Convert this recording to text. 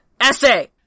essay